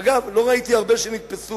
אגב, לא ראיתי הרבה שנתפסו,